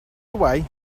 away